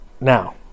now